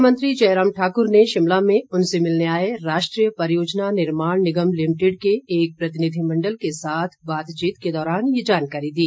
मुख्यमंत्री जयराम ठाक्र ने शिमला में उनसे मिलने आए राष्ट्रीय परियोजना निर्माण निगम लिमिटेड के एक प्रतिनिधिमंडल के साथ बातचीत के दौरान ये जानकारी दी